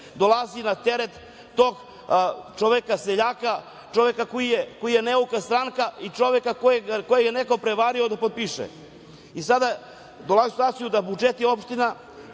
dolazi na teret tog čoveka seljaka, čoveka koji je neuka stranka i čoveka kojeg je neko prevario da potpiše. Sada dolazimo u situaciju da budžeti opština